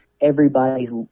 everybody's –